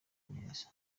neza